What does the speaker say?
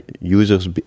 users